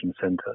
center